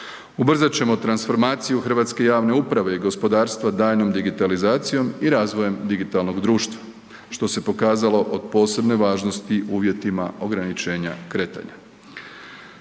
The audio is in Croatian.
Ubrzat ćemo transformaciju hrvatske javne uprave i gospodarstva daljnjom digitalizacijom i razvojem digitalnog društva, što se pokazalo od posebne važnosti u uvjetima ograničenja kretanja.